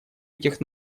этих